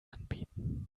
anbieten